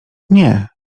nie